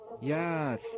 Yes